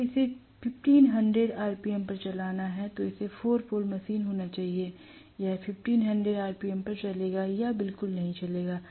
अगर इसे 1500 आरपीएम पर चलाना है तो इसे 4 पोल मशीन होना चाहिए यह 1500 आरपीएम पर चलेगा या बिल्कुल नहीं चलेगा